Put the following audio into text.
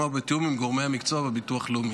ובתיאום עם גורמי המקצוע בביטוח לאומי.